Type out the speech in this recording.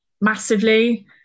massively